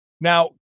Now